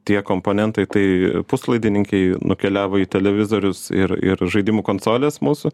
tie komponentai tai puslaidininkiai nukeliavo į televizorius ir ir žaidimų konsoles mūsų